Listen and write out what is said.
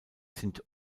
sind